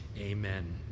Amen